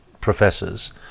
professors